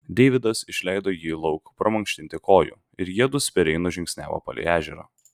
deividas išleido jį lauk pramankštinti kojų ir jiedu spėriai nužingsniavo palei ežerą